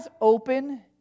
open